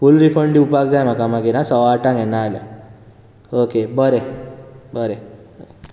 फूल refund दिवपाक जाय म्हाका मागीर हां सवा आठांक येना जाल्यार ओके बरें बरें